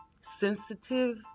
sensitive